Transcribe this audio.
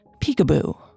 Peekaboo